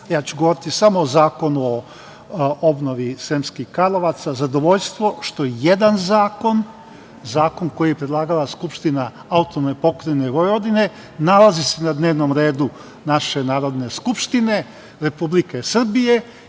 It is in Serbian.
ja ću govoriti samo o Zakonu o obnovi Sremskih Karlovaca, zadovoljstvo što jedan zakon, zakon koji je predlagala Skupština AP Vojvodine, nalazi se na dnevnom redu naše Narodne skupštine Republike Srbije,